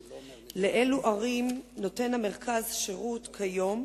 2. לאילו ערים נותן המרכז שירות כיום,